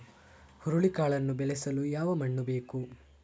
ಹುರುಳಿಕಾಳನ್ನು ಬೆಳೆಸಲು ಯಾವ ಮಣ್ಣು ಬೇಕು?